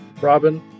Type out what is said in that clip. Robin